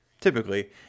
Typically